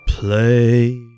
Play